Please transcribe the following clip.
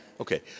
okay